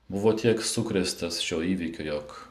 buvo tiek sukrėstas šio įvykio jog